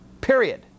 Period